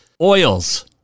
oils